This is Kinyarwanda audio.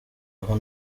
aho